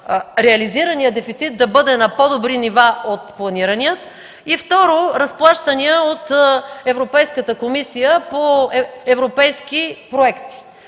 реализираният дефицит да бъде на по-добри нива от планирания; и второ – разплащания от Европейската комисия по европейски проект.